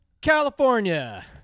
California